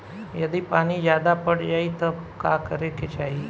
यदि पानी ज्यादा पट जायी तब का करे के चाही?